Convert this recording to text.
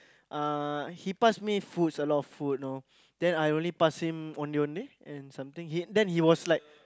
uh he pass me foods a lot of food know then I only pass him Ondeh-Ondeh and something he then he was like